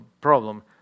problem